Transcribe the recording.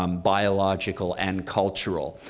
um biological and cultural.